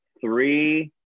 three